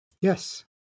Yes